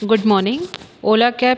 good morning ola cab